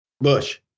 Bush